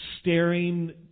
staring